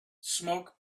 smoke